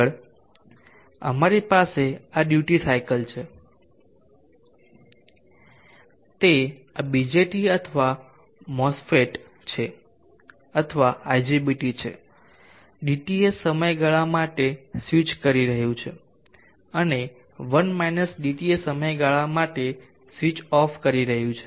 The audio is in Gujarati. આગળ અમારી પાસે આ ડ્યુટી સાયકલ છે તે આ BJT અથવા MOSFET છે અથવા IGBT એ dTs સમયગાળા માટે સ્વિચ કરી રહ્યું છે અને 1 dTs સમયગાળા માટે સ્વિચ ઓફ કરી રહ્યું છે